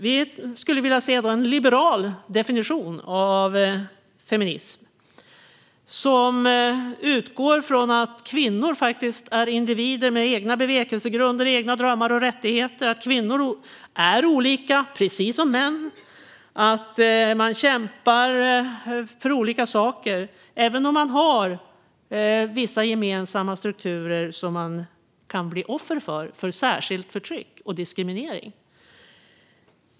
Vi skulle vilja se en liberal definition av feminism som utgår från att kvinnor faktiskt är individer med egna bevekelsegrunder, drömmar och rättigheter. Kvinnor är olika, precis som män, och kämpar för olika saker, även om det finns vissa gemensamma strukturer som kvinnor kan bli offer för, särskilt förtryck och diskriminering.